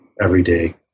everyday